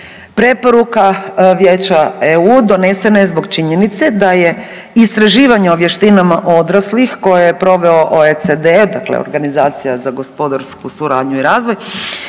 Preporuka Vijeća EU donesena je zbog činjenice da je istraživanje o vještinama odraslih koje je proveo OECD, dakle Organizacija za gospodarsku suradnju i razvoj